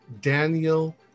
Daniel